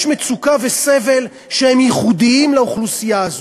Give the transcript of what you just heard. יש מצוקה וסבל שהם ייחודיים לאוכלוסייה הזאת,